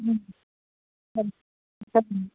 ம் சரி சரிங்க